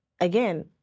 again